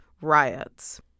riots